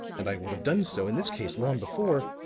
and i would have done so in this case long before,